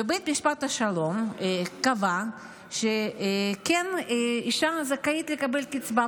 בית משפט השלום קבע שכן האישה זכאית לקבל קצבה,